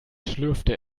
schlürfte